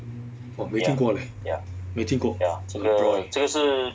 我没听过 leh 没听过